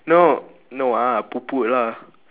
no no ah poot poot lah